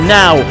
now